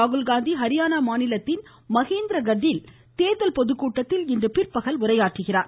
ராகுல்காந்தி ஹரியானா மாநிலத்தின் மகேந்திரகரில் தேர்தல் பொதுக்கூட்டத்தில் இன்று பிற்பகல் உரையாற்றுகிறார்